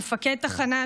מפקד תחנה,